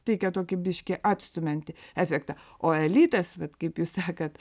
teikia tokį biški atstumiantį efektą o elitas vat kaip jūs sakat